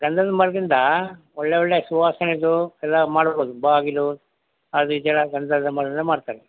ಗಂಧದ ಮರದಿಂದ ಒಳ್ಳೊಳ್ಳೆಯ ಸುವಾಸನೆಯದ್ದು ಎಲ್ಲ ಮಾಡ್ಬೋದು ಬಾಗಿಲು ಅದಕ್ಕೆಲ್ಲ ಗಂಧದ ಮರದಿಂದ ಮಾಡ್ತಾರೆ